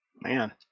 Man